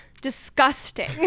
disgusting